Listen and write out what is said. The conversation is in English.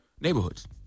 neighborhoods